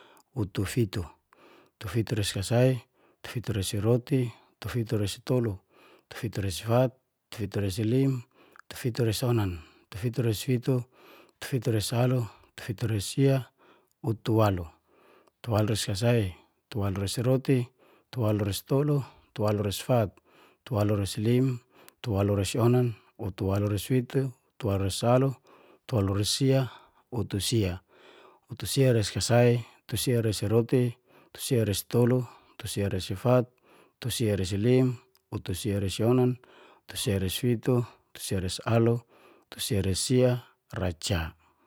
Utufitu. Utufitu resi kasai, utufitu resi roti, utufitu resi tolu, utufitu resi fat, utufitu resi lim, utufitu resi onan, utufitu resi fitu, utufitu resi alu, utufitu resi sia, utuwalu. Utuwalu resi kasai, utuwalu resi roti, utuwalu resi tolu, utuwalu resi fat, utuwalu resi lim, utuwalu resionan, utuwalu resi fitu, utuwalu resi alu, utuwalu resi sia, utusia. Utusia resi kasai, utusia resi roti, utusia resi tolu, utusia resi fat, utusia resi lim, utusia resi onan, utusia resi fitu, utusia resi alu, utusia resi sia, raca.